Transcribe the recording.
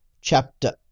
chapter